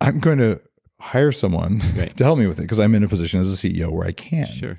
i'm going to hire someone to help me with it because i'm in a position as a ceo where i can